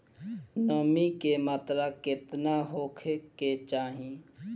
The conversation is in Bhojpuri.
नमी के मात्रा केतना होखे के चाही?